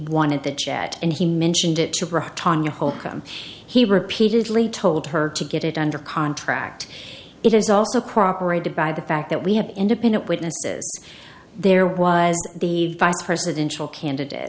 wanted to chat and he mentioned it to tanya holcomb he repeatedly told her to get it under contract it has also cooperated by the fact that we have independent witnesses there was the vice presidential candidate